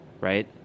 right